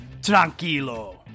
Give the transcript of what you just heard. tranquilo